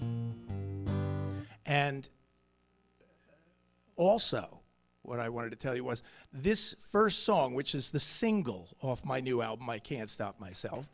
someplace and also what i wanted to tell you was this first song which is the single off my new album i can't stop myself